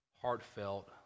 heartfelt